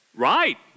Right